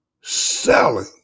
selling